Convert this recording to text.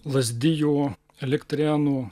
lazdijų elektrėnų